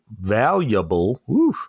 valuable